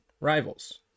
rivals